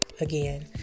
Again